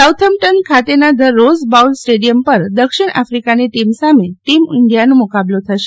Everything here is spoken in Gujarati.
સાઉથમ્પટન ખાતેના ધ રોઝ બાઉલ સ્ટેડિયમ પર દક્ષિણ આીફકાની ટીમ સામે ટીમ ઈન્ડિયાનો મુકાબલો થશે